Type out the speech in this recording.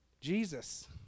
Jesus